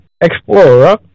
Explorer